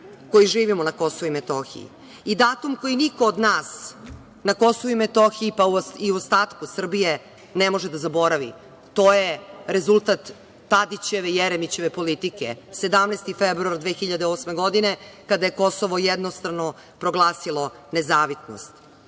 koji živimo na KiM i datum koji niko od nas na KiM i u ostatku Srbije ne može da zaboravi. To je rezultat Tadićeve i Jeremićeve politike, 17. februar 2008. godine kada je Kosovo jednostrano proglasilo nezavisnost. Rezultat